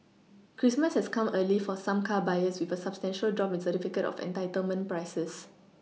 Christmas has come early for some car buyers with a substantial drop in certificate of entitlement prices